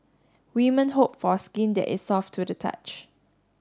women hope for skin that is soft to the touch